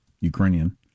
Ukrainian